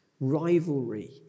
Rivalry